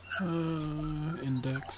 Index